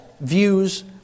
views